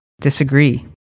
disagree